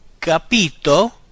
Capito